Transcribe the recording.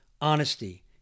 honesty